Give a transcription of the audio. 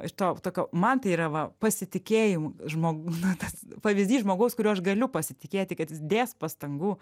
ir to tokio man tai yra va pasitikėjimu žmogu nu tas pavyzdys žmogaus kuriuo aš galiu pasitikėti kad jis dės pastangų